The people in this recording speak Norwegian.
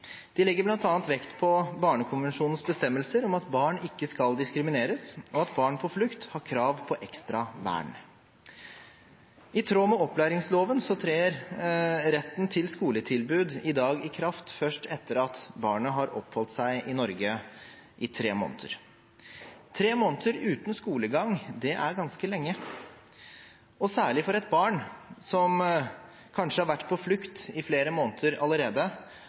De legger bl.a. vekt på Barnekonvensjonens bestemmelser om at barn ikke skal diskrimineres, og at barn på flukt har krav på ekstra vern. I tråd med opplæringsloven trer retten til skoletilbud i dag i kraft først etter at barnet har oppholdt seg i Norge i tre måneder. Tre måneder uten skolegang er ganske lenge, og særlig for et barn som kanskje har vært på flukt i flere måneder allerede,